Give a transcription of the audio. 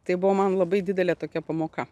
tai buvo man labai didelė tokia pamoka